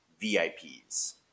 VIPs